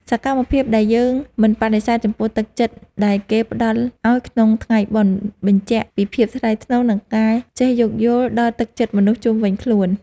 សកម្មភាពដែលយើងមិនបដិសេធចំពោះទឹកចិត្តដែលគេផ្តល់ឱ្យក្នុងថ្ងៃបុណ្យបញ្ជាក់ពីភាពថ្លៃថ្នូរ និងការចេះយោគយល់ដល់ទឹកចិត្តមនុស្សជុំវិញខ្លួន។